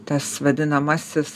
tas vadinamasis